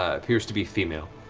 appears to be female.